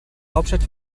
hauptstadt